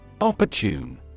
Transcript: Opportune